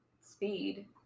speed